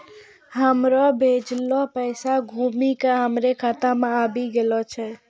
हमरो भेजलो पैसा घुमि के हमरे खाता मे आबि गेलो छै